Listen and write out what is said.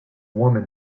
woman